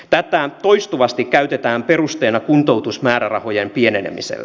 tätä toistuvasti käytetään perusteena kuntoutusmäärärahojen pienenemiselle